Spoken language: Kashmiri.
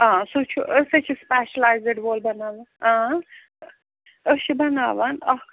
آ سُہ چھُ سِپیشلایذٕڈ وول بناوان آ أسۍ چھِ بناوان اکھ